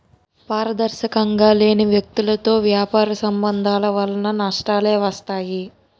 పారదర్శకంగా లేని వ్యక్తులతో వ్యాపార సంబంధాల వలన నష్టాలే వస్తాయి